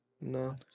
No